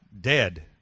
dead